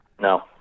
No